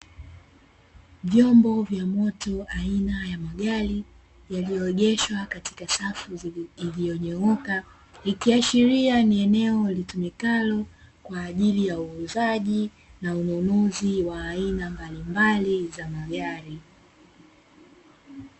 Vyombo vya moto aina ya magari, yaliyoegeshwa katika safu iliyonyooka, ikiashiria ni eneo litumikalo kwa ajili ya uuzaji na ununuzi wa aina mbalimbali za magari.